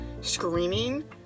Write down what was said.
screaming